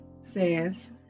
says